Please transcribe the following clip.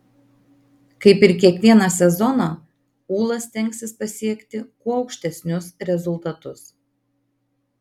kaip ir kiekvieną sezoną ūla stengsis pasiekti kuo aukštesnius rezultatus